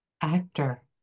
Actor